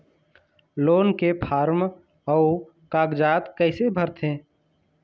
Loan के form अऊ कागजात कइसे भरथें?